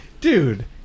dude